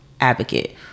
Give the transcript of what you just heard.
advocate